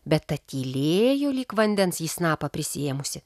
bet ta tylėjo lyg vandens į snapą prisiėmusi